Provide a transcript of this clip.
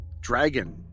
dragon